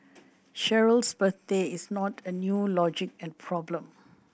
Cheryl's birthday is not a new logic problem